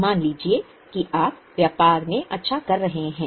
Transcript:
मान लीजिए कि आप व्यापार में अच्छा कर रहे हैं